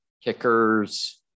Kickers